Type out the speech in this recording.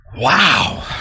wow